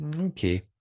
Okay